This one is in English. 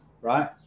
right